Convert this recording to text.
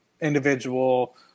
individual